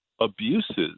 abuses